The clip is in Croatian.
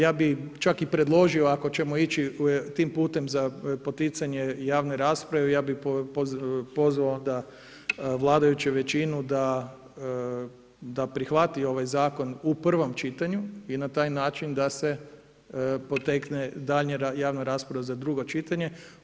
Ja bih čak i predložio, ako ćemo ići tim putem za poticanje javne rasprave, ja bih pozvao vladajuću većinu da prihvati ovaj zakon u prvom čitanju i na taj način da se potekne daljnja javna rasprava za drugo čitanje.